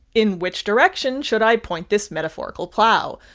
in which direction should i point this metaphorical plow?